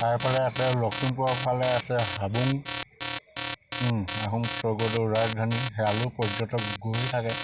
আৰু এইফালে আছে লখিমপুৰফালে আছে হাবুং আহোম স্বৰ্গদেউৰ ৰাজধানী সেয়ালৈও পৰ্যটক গৈ থাকে